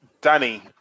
Danny